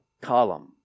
column